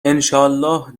انشاالله